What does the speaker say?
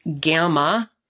gamma